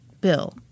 Bill